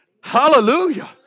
hallelujah